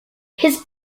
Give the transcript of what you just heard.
his